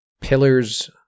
Pillars